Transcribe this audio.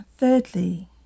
Thirdly